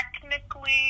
technically